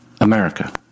America